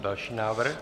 Další návrh.